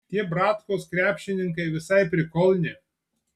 tie bratkos krepšininkai visai prikolni